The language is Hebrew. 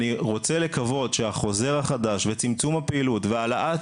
אני רוצה לקוות שהחוזר החדש וצמצום הפעילות והעלאת